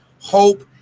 hope